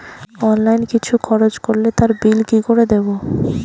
Online কিছু খরচ করলে তার বিল কি করে দেবো?